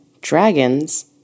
Dragons